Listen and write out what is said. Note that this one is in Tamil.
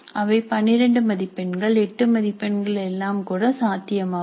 அவை 12 மதிப்பெண்கள் 8 மதிப்பெண்கள் எல்லாம் கூட சாத்தியமாகும்